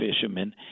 fishermen